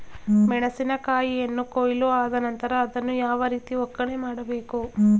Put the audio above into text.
ಮೆಣಸಿನ ಕಾಯಿಯನ್ನು ಕೊಯ್ಲು ಆದ ನಂತರ ಅದನ್ನು ಯಾವ ರೀತಿ ಒಕ್ಕಣೆ ಮಾಡಬೇಕು?